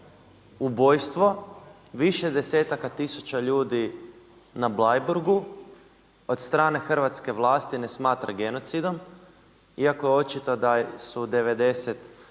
ubojstvo više desetaka tisuća ljudi na Bleiburgu od strane hrvatske vlasti ne smatra genocidom, iako očito da su 90%